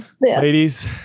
Ladies